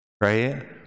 right